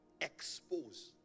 expose